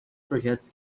projetos